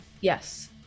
yes